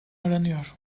aranıyor